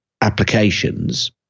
applications